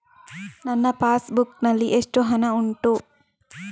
ನನ್ನ passbook ನಲ್ಲಿ ಎಷ್ಟು ಹಣ ಉಂಟು?